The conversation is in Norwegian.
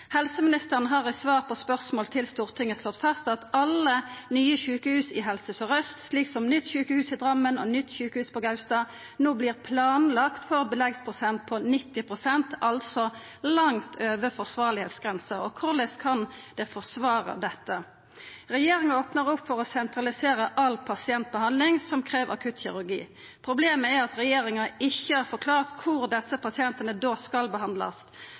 Helseministeren har i svar på spørsmål frå Stortinget slått fast at alle nye sjukehus i Helse Sør-Aust, som nytt sjukehus i Drammen og nytt sjukehus på Gaustad, no vert planlagde for ein beleggsprosent på 90, altså langt over grensa for det som er forsvarleg. Korleis kan dei forsvara dette? Regjeringa opnar opp for å sentralisera all pasientbehandling som krev akuttkirurgi. Problemet er at regjeringa ikkje har forklart kvar desse pasientane da skal behandlast